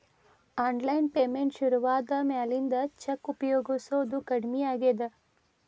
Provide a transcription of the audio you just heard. online payment ಶುರುವಾದ ಮ್ಯಾಲಿಂದ cheque ಉಪಯೊಗಸೋದ ಕಡಮಿ ಆಗೇದ